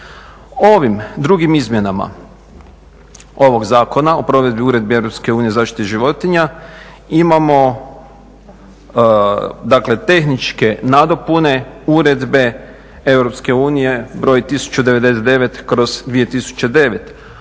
Ovim drugim izmjenama ovog Zakona o provedbi uredbi EU o zaštiti životinja imamo, dakle tehničke nadopune uredbe EU broj 1099/2009